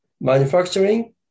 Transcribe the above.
manufacturing